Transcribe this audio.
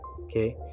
okay